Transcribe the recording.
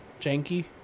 janky